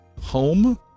home